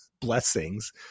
blessings